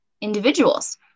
individuals